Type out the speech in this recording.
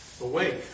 Awake